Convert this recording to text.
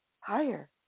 higher